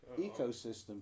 ecosystem